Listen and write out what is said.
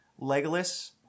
Legolas